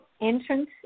entrance